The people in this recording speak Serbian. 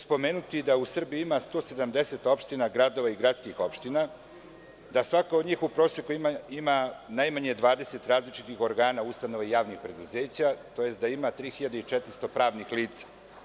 Spomenuću da u Srbiji ima 170 opština, gradova i gradskih opština, da svaka od njih u proseku ima najmanje 20 različitih organa, ustanove javnih preduzeća, da ima 3.400.00 pravnih lica.